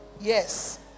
yes